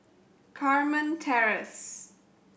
Carmen Terrace